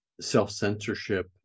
self-censorship